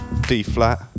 D-flat